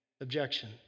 Objection